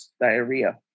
diarrhea